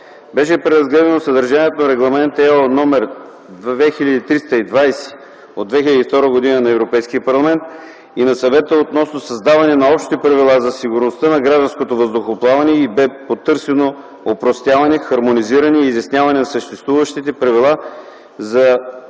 Беше преразгледано съдържанието на Регламент (ЕО) № 2320/2002 на Европейския парламент и на Съвета относно създаване на общи правила за сигурността на гражданското въздухоплаване и бе потърсено опростяване, хармонизиране и изясняване на съществуващите правила за подобряване